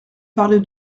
parler